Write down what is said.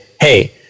hey